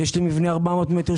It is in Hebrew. יש לי מבנה של כ-400 מטרים.